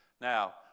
Now